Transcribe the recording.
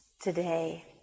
today